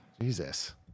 Jesus